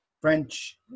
French